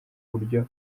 buryo